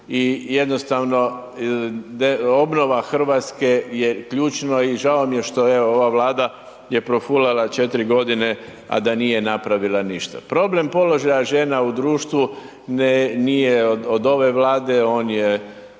i jednostavno obnova Hrvatske je ključna i žao mi je što evo ova Vlada je profulala 4 g. a da nije napravila ništa. Problem položaja žena u društvu nije od ove Vlade, on je